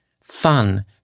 fun